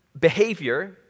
behavior